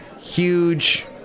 huge